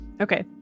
Okay